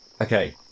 Okay